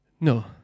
No